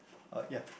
uh yeah